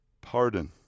pardon